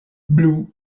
blue